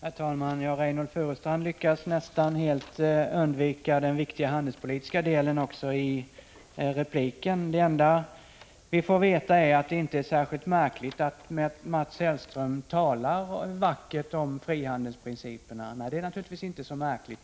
Herr talman! Reynoldh Furustrand lyckades nästan helt undvika den viktiga handelspolitiska delen också i repliken. Det enda vi får veta är att det inte är något märkligt med att Mats Hellström talar vackert om frihandelsprinciperna. Nej, det är naturligtivis inte så märkligt.